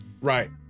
Right